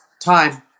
time